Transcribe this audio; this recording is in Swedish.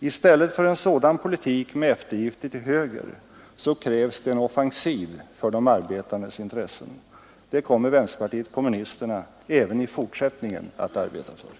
I stället för en sådan politik med eftergifter till höger krävs det en offensiv för de arbetandes intressen. Det kommer vänsterpartiet kommunisterna även i fortsättningen att arbeta för.